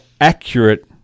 accurate